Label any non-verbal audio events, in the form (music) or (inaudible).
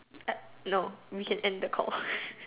(noise) no we can end the call